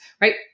right